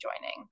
joining